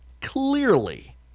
clearly